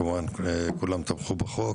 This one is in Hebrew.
כמובן כולם תמכו בחוק.